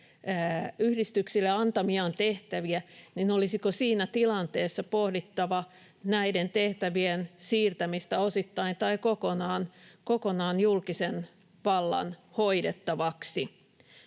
yhdistyksille antamiaan tehtäviä, niin olisiko siinä tilanteessa pohdittava näiden tehtävien siirtämistä osittain tai kokonaan julkisen vallan hoidettavaksi.